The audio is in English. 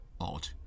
Odd